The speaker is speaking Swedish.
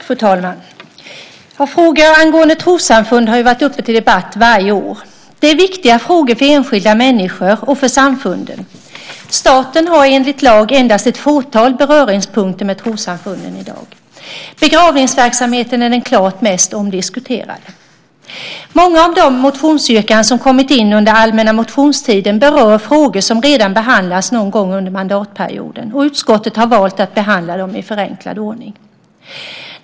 Fru talman! Frågor angående trossamfund har ju varit uppe till debatt varje år. Det är viktiga frågor för enskilda människor och för samfunden. Staten har enligt lag endast ett fåtal beröringspunkter med trossamfunden i dag. Begravningsverksamheten är den klart mest omdiskuterade. Många av de motionsyrkanden som kommit in under allmänna motionstiden berör frågor som redan behandlats någon gång under mandatperioden, och utskottet har valt att behandla dem i förenklad ordning.